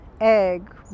egg